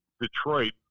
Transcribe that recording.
Detroit